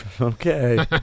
Okay